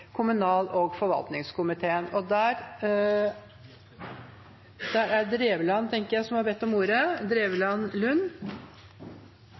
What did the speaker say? kommunal- og forvaltningskomiteen. Representanten Tobias Drevland Lund har bedt om ordet.